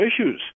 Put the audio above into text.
issues